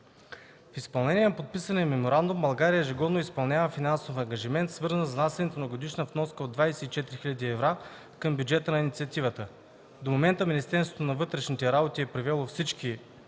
В изпълнение на подписания меморандум България ежегодно изпълнява финансов ангажимент, свързан с внасянето на годишна вноска от 24 хиляди евро към бюджета на Инициативата. До момента Министерството на вътрешните работи е превело всички